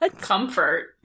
Comfort